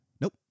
Nope